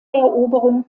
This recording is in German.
eroberung